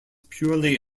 purely